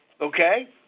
okay